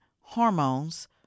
hormones